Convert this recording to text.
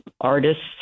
artists